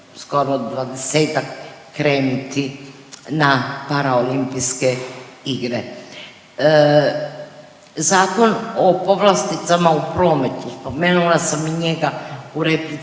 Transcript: skoro 20-ak krenuti na paraolimpijske igre. Zakon o povlasticama u prometu, spomenula sam i njega u replici